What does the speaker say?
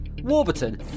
Warburton